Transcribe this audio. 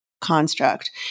construct